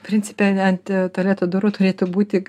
principe ant tualeto durų turėtų būti